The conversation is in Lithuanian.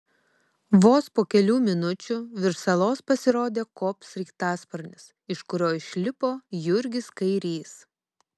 vos po kelių minučių virš salos pasirodė kop sraigtasparnis iš kurio išlipo jurgis kairys